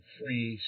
free